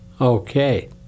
Okay